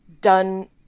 done